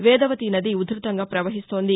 వేదవతి నది ఉర్భతంగా పవహిస్తోంది